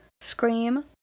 Scream